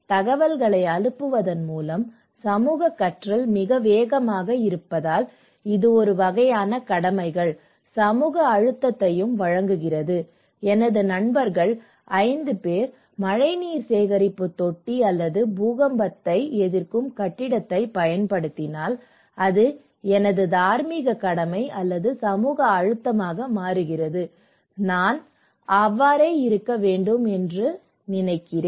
தகவல்களை அனுப்புவதன் மூலம் சமூக கற்றல் மிக வேகமாக இருப்பதால் இது ஒரு வகையான கடமைகள் சமூக அழுத்தத்தை வழங்குகிறது எனது நண்பர்கள் 5 பேர் மழைநீர் சேகரிப்பு தொட்டி அல்லது பூகம்பத்தை எதிர்க்கும் கட்டிடத்தைப் பயன்படுத்தினால் அது எனது தார்மீக கடமை அல்லது சமூக அழுத்தமாக மாறுகிறது நான் நானும் அவ்வாறே இருக்க வேண்டும் என்று நினைக்கிறேன்